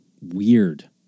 weird